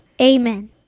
Amen